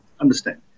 understand